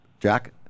Jack